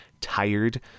tired